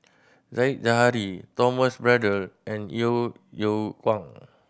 Said Zahari Thomas Braddell and Yeo Yeow Kwang